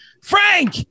Frank